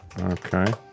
Okay